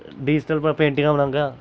digital मैं पेंटिंगां बनाह्गा